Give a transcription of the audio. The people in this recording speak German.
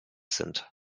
sind